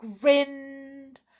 grinned